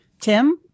Tim